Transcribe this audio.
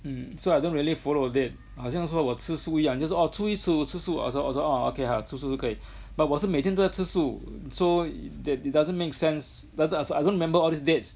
mm so I don't really follow the date 好像说我吃素一样就是哦初一十五吃素我说我说哦 okay 好吃素就可以 but 我是每天都在吃素 so it doesn't make sense it doesn't doe~ I don't remember all these dates